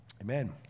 amen